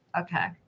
Okay